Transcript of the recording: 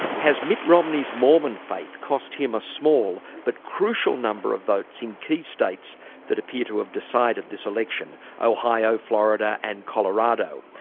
has mitt romney's mormon faith cost him a small but crucial number of votes in key states that appear to have decided this election ohio, florida and colorado?